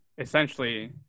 essentially